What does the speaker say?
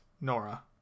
Nora